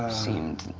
seemed,